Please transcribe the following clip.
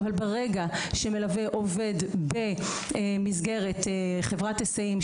אבל ברגע שמלווה עובד דרך חברת היסעים,